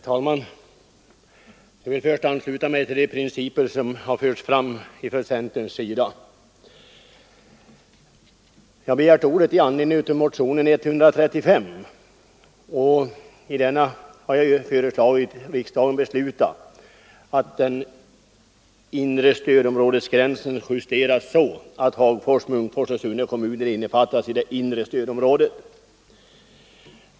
Herr talman! Jag vill först ansluta mig till de principer som har förts fram från centerpartiets sida. Jag har begärt ordet i anledning av motionen 135, i vilken jag har föreslagit att riksdagen måtte besluta att den inre stödområdesgränsen justeras så att Hagfors, Munkfors och Sunne kommuner innefattas i det inre stödområdet.